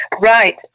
Right